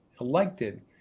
elected